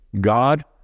God